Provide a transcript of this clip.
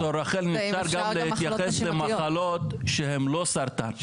ד"ר רחל אפשר גם להתייחס למחלות שהם לא סרטן,